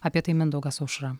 apie tai mindaugas aušra